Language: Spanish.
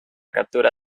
captura